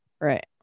right